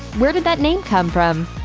where did that name come from?